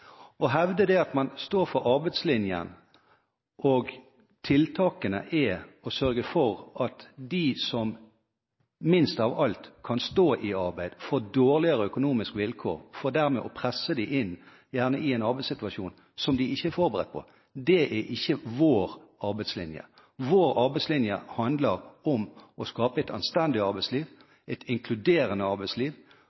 Å hevde at man står for arbeidslinjen og tiltakene er å sørge for at de som minst av alt kan stå i arbeid, får dårligere økonomiske vilkår, for dermed å presse dem inn i en arbeidssituasjon som de gjerne ikke er forberedt på – det er ikke vår arbeidslinje. Vår arbeidslinje handler om å skape et anstendig arbeidsliv,